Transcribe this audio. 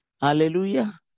Hallelujah